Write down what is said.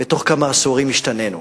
ובתוך כמה עשורים השתנינו.